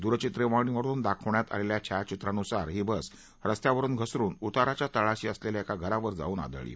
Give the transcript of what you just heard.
दूरचित्रवाणीवरुन दाखवण्यात आलेल्या छायाचित्रानुसार ही बस रस्त्यावरुन घसरून उताराच्या तळाशी असलेल्या एका घरावर जाऊन आदळली